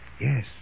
Yes